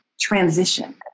transition